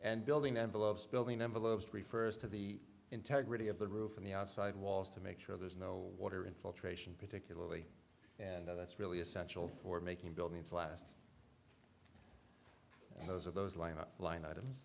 and building envelopes building envelopes refers to the integrity of the roof and the outside walls to make sure there's no water infiltration particularly and that's really essential for making buildings last those of those line up line items